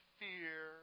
fear